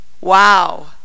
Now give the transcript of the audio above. wow